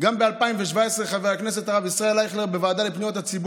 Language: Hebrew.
ב-2017 חבר הכנסת הרב ישראל אייכלר העלה